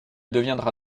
deviendra